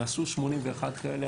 נעשו 81 כאלה,